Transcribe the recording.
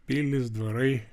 pilys dvarai